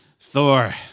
Thor